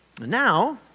Now